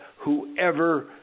whoever